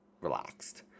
relaxed